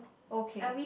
okay